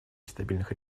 нестабильных